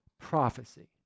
prophecy